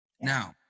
Now